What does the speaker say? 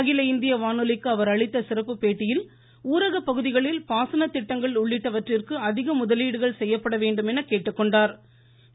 அகில இந்திய வானொலிக்கு அவர் அளித்த சிறப்பு பேட்டியில் ஊரக பகுதிகளில் பாசன திட்டங்கள் உள்ளிட்டவற்றிற்கு அதிக முதலீடுகள் செய்யப்பட வேண்டும் என்று கேட்டுக்கொண்டார்